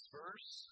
verse